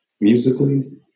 musically